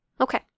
Okay